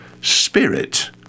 Spirit